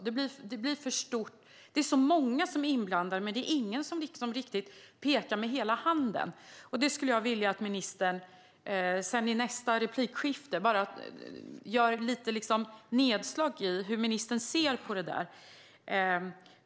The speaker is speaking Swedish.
Det blir för stort, och så många är inblandade - men ingen pekar med hela handen. Ministern får gärna i nästa inlägg göra ett nedslag i hur ministern ser på dessa frågor.